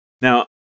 Now